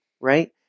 right